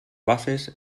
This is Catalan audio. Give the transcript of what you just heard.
bases